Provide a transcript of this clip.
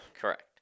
Correct